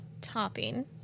topping